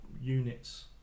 Units